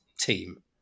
team